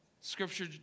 Scripture